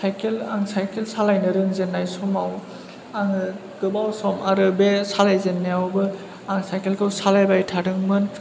cycle आं cycle सालायनो रोंजेन्नाय समाव आङो गोबाव सम आरो बे सालाय जेन्नायावबो आं साइकेल खौ सालायबाय थादोंमोन